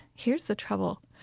here's the trouble.